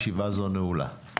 ישיבה זו נעולה.